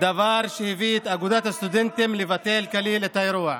דבר שהביא את אגודת הסטודנטים לבטל כליל את האירוע.